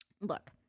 Look